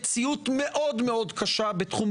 לממשלה להנחות את המשטרה בתחום החקירות,